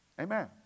Amen